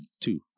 two